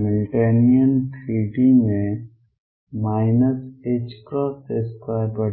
Hamiltonian 3 D में 22m 2 होगा